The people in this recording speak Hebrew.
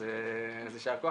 אז יישר כוח.